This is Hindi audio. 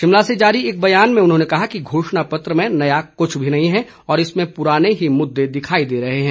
शिमला से जारी एक बयान में उन्होंने कहा है कि घोषणा पत्र में नया कुछ भी नहीं है और इसमें पुराने ही मुददे दिखाई दे रहे हैं